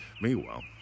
Meanwhile